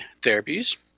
therapies